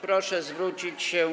Proszę zwrócić się.